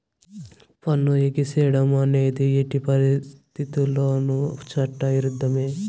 పన్ను ఎగేసేడం అనేది ఎట్టి పరిత్తితుల్లోనూ చట్ట ఇరుద్ధమే